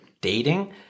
dating